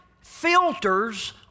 filters